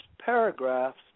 paragraphs